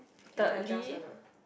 cannot adjust one ah